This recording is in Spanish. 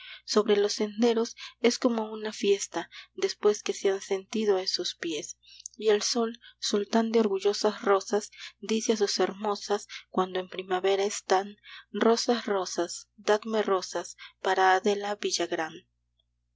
sobre los senderos es como una fiesta después que se han sentido esos pies y el sol sultán de orgullosas rosas dice a sus hermosas cuando en primavera están rosas rosas dadme rosas para adela villagrán